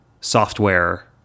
software